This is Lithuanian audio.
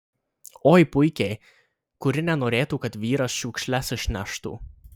oi puikiai kuri nenorėtų kad vyras šiukšles išneštų